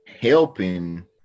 helping